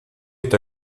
est